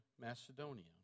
Macedonia